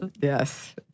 Yes